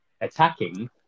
attacking